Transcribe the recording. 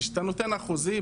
וכשאתה נותן אחוזי,